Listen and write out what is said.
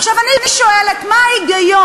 עכשיו, אני שואלת מה ההיגיון?